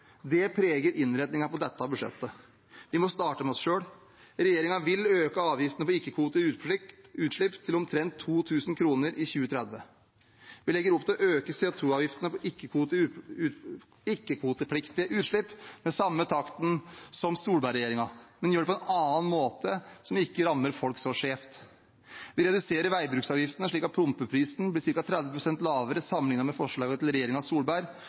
Det preger innretningen på dette budsjettet. Vi må starte med oss selv. Regjeringen vil øke avgiftene på ikke-kvotepliktige utslipp til omtrent 2 000 kr i 2030. Vi legger opp til å øke CO2-avgiftene på ikke-kvotepliktige utslipp med samme takten som Solberg-regjeringen, men vi gjør det på en måte som ikke rammer folk så skjevt. Vi reduserer veibruksavgiftene slik at pumpeprisen blir ca. 30 øre lavere sammenlignet med forslaget til regjeringen Solberg.